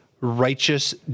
righteous